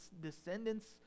descendants